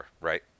right